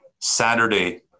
Saturday